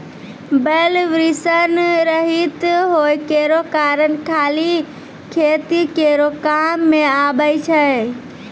बैल वृषण रहित होय केरो कारण खाली खेतीये केरो काम मे आबै छै